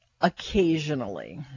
occasionally